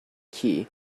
key